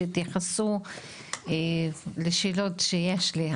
שיתייחסו לשאלות שיש לי,